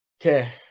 Okay